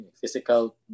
physical